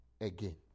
again